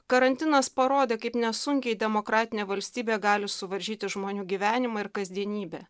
karantinas parodė kaip nesunkiai demokratinė valstybė gali suvaržyti žmonių gyvenimą ir kasdienybę